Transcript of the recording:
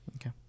Okay